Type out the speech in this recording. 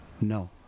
No